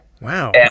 Wow